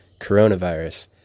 coronavirus